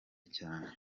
cyane